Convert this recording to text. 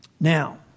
Now